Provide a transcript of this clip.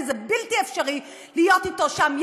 כי זה בלתי אפשרי להיות אתו שם,